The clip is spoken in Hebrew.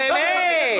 באמת?